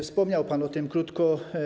Wspomniał pan o tym krótko.